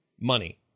money